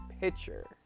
pitcher